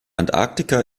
antarktika